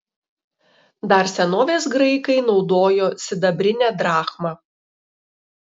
dar senovės graikai naudojo sidabrinę drachmą